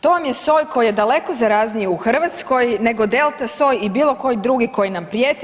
To vam je soj koji je daleko zarazniji u Hrvatskoj nego Delta soj i bilo koji drugi koji nam prijeti.